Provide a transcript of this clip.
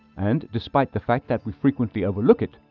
and despite the fact that we frequently overlook it,